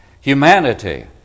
Humanity